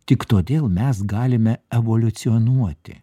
tik todėl mes galime evoliucionuoti